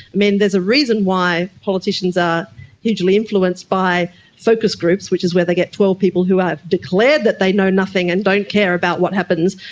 mean, there's a reason why politicians are hugely influenced by focus groups, which is where they get twelve people who have declared that they know nothing and don't care about what happens,